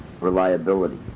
reliability